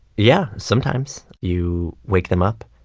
yeah, sometimes you wake them up.